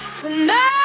tonight